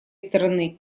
стороны